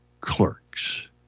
clerks